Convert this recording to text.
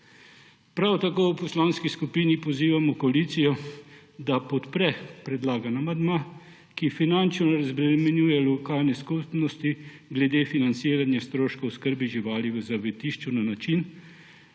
Prav tako v Poslanski skupini SAB pozivamo koalicijo, da podpre predlagani amandma, ki finančno razbremenjuje lokalne skupnosti glede financiranja stroškov oskrbe živali v zavetiščih na način,